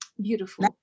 Beautiful